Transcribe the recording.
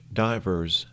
divers